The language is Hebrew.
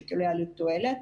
שיקולי עלות-תועלת.